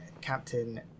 Captain